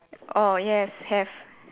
oh yes have